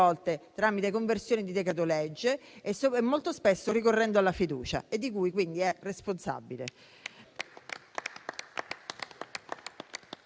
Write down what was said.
tramite conversione di decreto-legge e molto spesso ricorrendo alla fiducia, di cui quindi è responsabile.